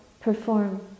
perform